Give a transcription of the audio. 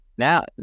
now